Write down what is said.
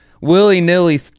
willy-nilly